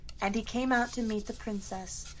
and he came out to meet the princess,